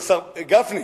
גפני,